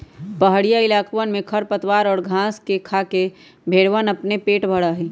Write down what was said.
पहड़ीया इलाकवन में खरपतवार और घास के खाके भेंड़वन अपन पेट भरा हई